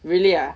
really ah